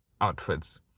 outfits